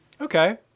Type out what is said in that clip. okay